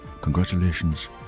Congratulations